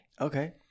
Okay